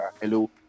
hello